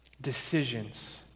decisions